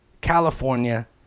California